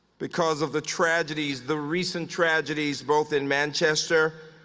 because of the tragedies, the recent tragedies, both in manchester,